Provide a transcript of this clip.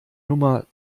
nummer